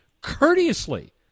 courteously